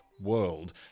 world